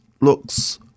looks